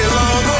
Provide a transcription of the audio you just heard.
long